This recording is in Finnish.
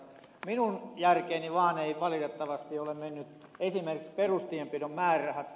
minun järkeeni vaan eivät valitettavasti ole menneet esimerkiksi perustienpidon määrärahat